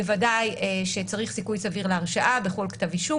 בוודאי שצריך סיכוי סביר להרשעה בכל כתב אישום